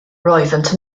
roeddent